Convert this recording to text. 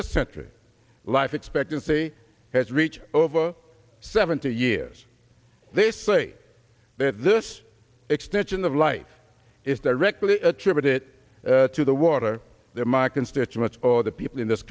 the century life expectancy has reached over seventy years they say that this extension of life is directly attributed to the water there my constituents or the people in this